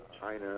China